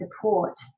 support